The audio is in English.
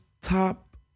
top